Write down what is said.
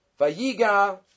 Vayiga